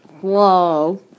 Whoa